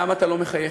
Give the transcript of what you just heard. "למה אתה לא מחייך?",